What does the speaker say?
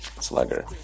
slugger